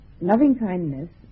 loving-kindness